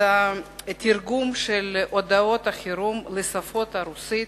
התרגום של הודעות החירום לשפות הרוסית,